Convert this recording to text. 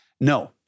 No